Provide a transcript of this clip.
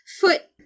foot